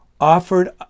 offered